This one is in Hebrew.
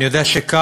אני יודע שכאן,